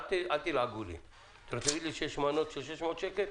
אל תלעגו לי, אתה נותן לי שש מנות של 600 שקלים?